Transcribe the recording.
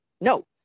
no